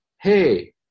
hey